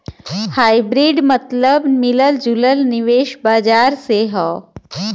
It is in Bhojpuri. हाइब्रिड मतबल मिलल जुलल निवेश बाजार से हौ